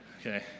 Okay